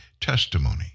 testimony